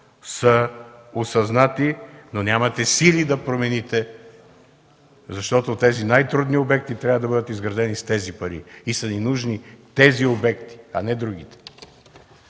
са осъзнати, но нямате сили да промените, защото тези най-трудни обекти трябва да бъдат изградени с тези пари. И са ни нужни тези обекти, а не другите.